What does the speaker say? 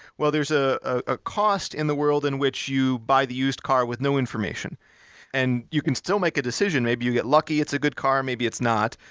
there's ah a cost in the world in which you buy the used car with no information and you can still make a decision, maybe you get lucky it's a good car, maybe it's not,